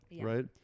right